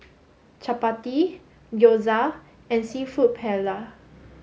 Chapati Gyoza and Seafood Paella